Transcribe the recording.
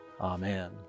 Amen